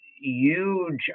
huge